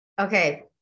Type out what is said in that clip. okay